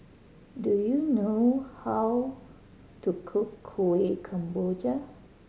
do you know how to cook Kuih Kemboja